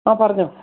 ആ പറഞ്ഞോ